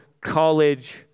college